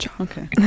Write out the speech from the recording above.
okay